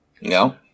No